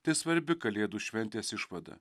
tai svarbi kalėdų šventės išvada